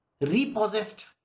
repossessed